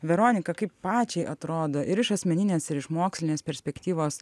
veronika kaip pačiai atrodo ir iš asmeninės ir iš mokslinės perspektyvos